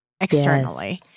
externally